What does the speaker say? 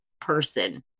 person